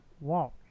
walk